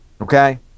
Okay